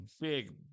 big